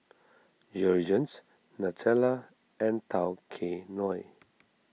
Jergens Nutella and Tao Kae Noi